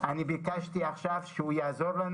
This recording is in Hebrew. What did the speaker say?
אבל אם היא נמצאת בזום, היא תאמר את